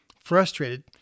frustrated